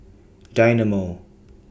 Dynamo